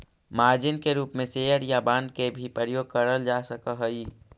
margin के रूप में शेयर या बांड के भी प्रयोग करल जा सकऽ हई